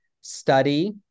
study